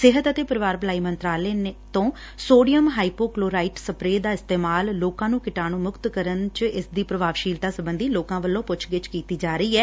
ਸਿਹਤ ਅਤੇ ਪਰਿਵਾਰ ਭਲਾਈ ਮੰਤਰਾਲੇ ਤੋਂ ਸੋਡੀਅਮ ਹਾਈਪੋਕਲੋਰਾਈਡ ਸਪ੍ਰੇ ਦਾ ਇਸਤੇਮਾਲ ਲੋਕਾਂ ਨੂੰ ਕੀਟਾਣੂਮੁਕਤ ਕਰਨ 'ਚ ਇਸਦੀ ਪ੍ਰਭਾਵਸ਼ੀਲਤਾ ਸਬੰਧੀ ਲੋਕਾਂ ਵਲੋਂ ਪੁੱਛਗਿੱਛ ਕੀਤੀ ਜਾ ਰਹੀ ਏ